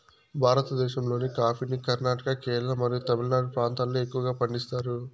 భారతదేశంలోని కాఫీని కర్ణాటక, కేరళ మరియు తమిళనాడు ప్రాంతాలలో ఎక్కువగా పండిస్తారు